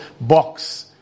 box